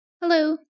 Hello